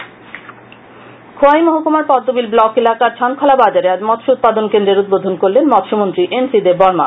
মৎস্যমন্ত্রী খোয়াই মহকুমার পদ্মবিল ব্লক এলাকার ছনখলা বাজারে মৎস্য উৎপাদন কেন্দ্রের উদ্বোধন করেন মৎস্যমন্ত্রী এন সি দেববর্মা